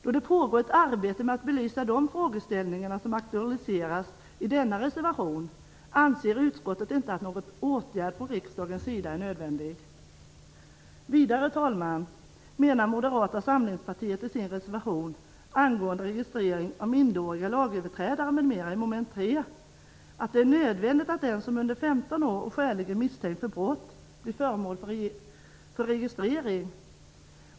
Då det pågår ett arbete med att belysa de frågeställningar som aktualiseras i denna reservation anser utskottet inte att någon åtgärd från riksdagens sida är nödvändig. Herr talman! Vidare menar Moderata samlingspartiet i sin reservation angående mom. 3 om registrering av minderåriga lagöverträdare m.m. att det är nödvändigt att den som är under 15 år och skäligen misstänkt för brott blir föremål för registrering.